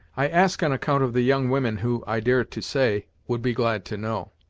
i ask on account of the young women, who, i dare to say, would be glad to know.